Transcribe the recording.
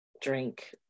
drink